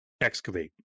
excavate